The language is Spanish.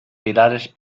pilares